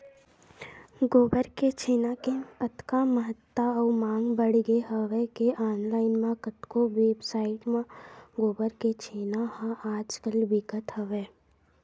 गोबर के छेना के अतका महत्ता अउ मांग बड़गे हवय के ऑनलाइन म कतको वेबसाइड म गोबर के छेना ह आज कल बिकत हवय